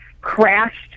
crashed